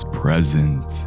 present